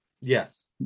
Yes